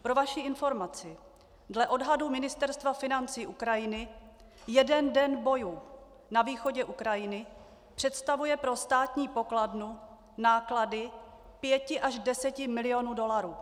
Pro vaši informaci, dle odhadů Ministerstva financí Ukrajiny jeden den bojů na východě Ukrajiny představuje pro státní pokladnu náklady pěti až deseti milionů dolarů.